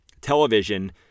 television